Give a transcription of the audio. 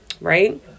Right